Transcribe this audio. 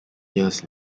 years